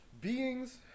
beings